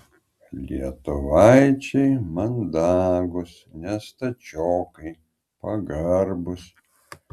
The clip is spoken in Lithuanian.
lietuvaičiai mandagūs ne stačiokai pagarbūs